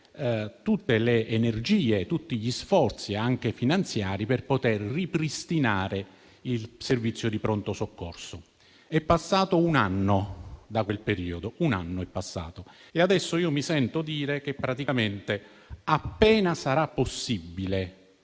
tutte le energie e tutti gli sforzi anche finanziari per poter ripristinare il servizio di pronto soccorso. È passato un anno da quel periodo e adesso mi sento dire che appena sarà possibile,